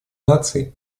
наций